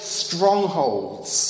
strongholds